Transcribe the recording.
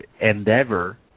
endeavor